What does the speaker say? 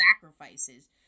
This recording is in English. sacrifices